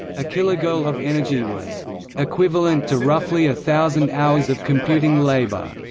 a kilogirl of energy was equivalent to roughly a thousand hours of computing labor.